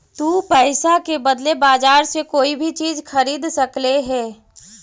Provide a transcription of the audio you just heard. तु पईसा के बदले बजार से कोई भी चीज खरीद सकले हें